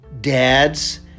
Dads